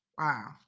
Wow